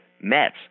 Mets